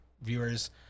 viewers